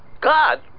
God